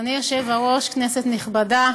אדוני היושב-ראש, כנסת נכבדה,